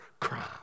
crime